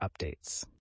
updates